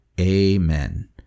amen